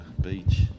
Beach